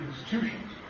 institutions